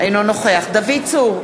אינו נוכח דוד צור,